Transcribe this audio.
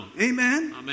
Amen